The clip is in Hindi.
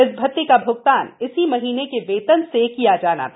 इस भत्ते का भुगतान इसी माह के वेतन से किया जाना था